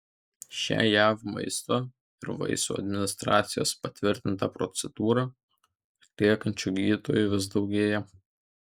šią jav maisto ir vaistų administracijos patvirtintą procedūrą atliekančių gydytojų vis daugėja